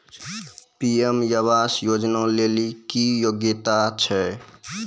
PM आवास योजना लेली की योग्यता छै?